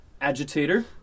Agitator